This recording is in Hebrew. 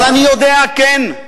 אבל אני יודע כן,